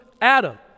Adam